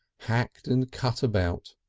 hacked and cut about